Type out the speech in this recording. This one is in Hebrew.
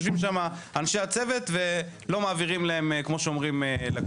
יושבים שם אנשי הצוות ולא מעבירים להם לקוחות.